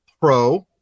Pro